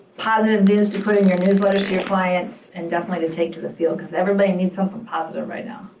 positive news to put in your newsletters to your clients, and definitely to take to the field, cause everybody needs something positive right now.